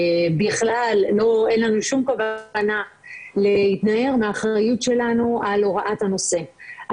אין לנו שום כוונה להתנער מהאחריות שלנו על הוראת הנושא.